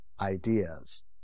ideas